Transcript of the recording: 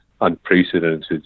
unprecedented